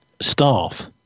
staff